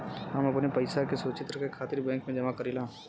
हम अपने पइसा के सुरक्षित रखे खातिर बैंक में जमा करीला